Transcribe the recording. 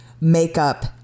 Makeup